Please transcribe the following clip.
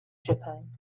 japan